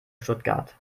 stuttgart